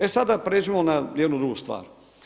E sada pređimo na jednu drugu stvar.